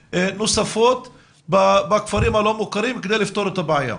נוספות בכפרים הלא מוכרים כדי לפתור את הבעיה.